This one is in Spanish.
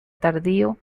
tardío